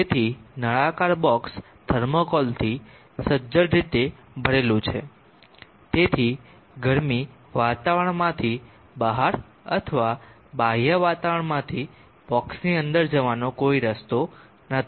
તેથી નળાકાર બોક્ષ થર્મોકોલથી સજ્જડ રીતે ભરેલું છે તેથી ગરમી વાતાવરણમાંથી બહાર અથવા બાહ્ય વાતાવરણમાંથી બોક્ષ ની અંદર જવાનો કોઈ રસ્તો નથી